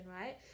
right